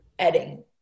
adding